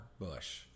Bush